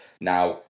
Now